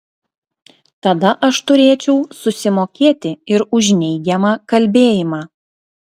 tada aš turėčiau susimokėti ir už neigiamą kalbėjimą